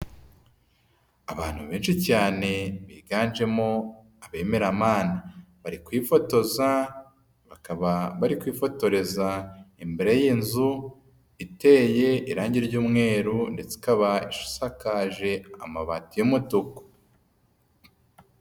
Abantu benshi cyane biganjemo abemera Mana, bari kwifotoza bakaba bari kwifotoreza imbere y'inzu iteye irangi ry'umweru ndetse ikaba isakaje amabati y'umutuku.